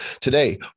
Today